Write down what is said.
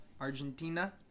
Argentina